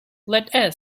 let